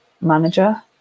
manager